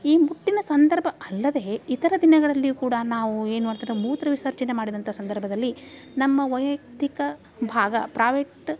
ಈ ಮುಟ್ಟಿನ ಸಂದರ್ಭ ಅಲ್ಲದೆ ಇತರ ದಿನಗಳಲ್ಲಿಯೂ ಕೂಡ ನಾವು ಏನು ಮಾಡ್ತಾರೆ ಮೂತ್ರ ವಿಸರ್ಜನೆ ಮಾಡಿದಂಥ ಸಂದರ್ಭದಲ್ಲಿ ನಮ್ಮ ವೈಯಕ್ತಿಕ ಭಾಗ ಪ್ರಾವೇಟ್